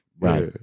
Right